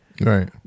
Right